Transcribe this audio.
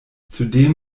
zudem